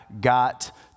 got